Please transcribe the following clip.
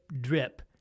drip